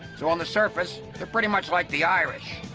so on the surface they're pretty much like the irish.